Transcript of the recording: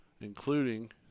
Including